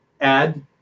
add